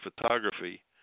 photography